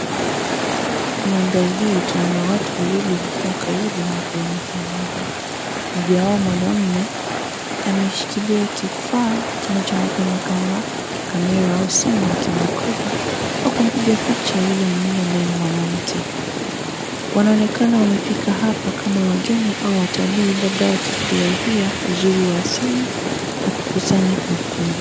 Mandhari hii tunaona watu wawili wakiwa karibu na maporomoko ya maji, mmoja wao mwanaume ameshikilia kifaa kinachoonekana kama kamera au simu, akimrekodi au kumpiga picha yule mwingine ambaye ni mwanamke. Wanaonekana wamefika hapa kama wageni au watalii, labda wakifurahia uzuri wa asili na kukusanya kumbukumbu.